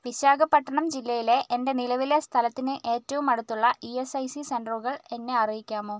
വിശാഖപട്ടണം ജില്ലയിലെ എൻ്റെ നിലവിലെ സ്ഥലത്തിന് ഏറ്റവും അടുത്തുള്ള ഇ എസ് ഐ സി സെൻറ്ററുകൾ എന്നെ അറിയിക്കാമോ